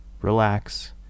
relax